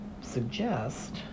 suggest